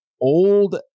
old